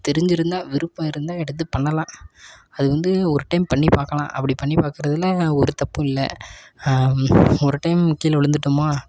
தெரிஞ்சி இருந்தால் விருப்பம் இருந்தால் எடுத்து பண்ணலாம் அது வந்து ஒரு டைம் பண்ணி பார்க்கலாம் அப்படி பண்ணி பார்க்குறதுல ஒரு தப்பும் இல்லை ஒரு டைம் நம்ம கீழே விழுந்துட்டமா